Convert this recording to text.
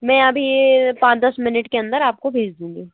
मैं अभी ये पाँच दस मिनिट के अंदर आपको भेज दूँगी